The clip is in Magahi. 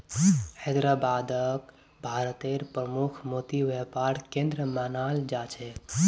हैदराबादक भारतेर प्रमुख मोती व्यापार केंद्र मानाल जा छेक